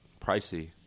pricey